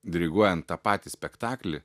diriguojant tą patį spektaklį